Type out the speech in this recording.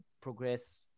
progress